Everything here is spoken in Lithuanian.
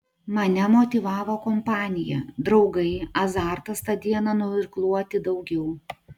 mane motyvavo kompanija draugai azartas tą dieną nuirkluoti daugiau